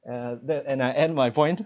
uh that and I end my point